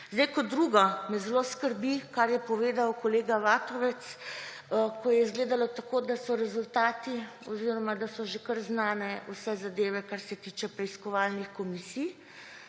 Kot drugo, me zelo skrbi, kar je povedal kolega Vatovec, ko je izgledalo tako, da so že kar znane vse zadeve, kar se tiče preiskovalnih komisij.